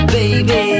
Baby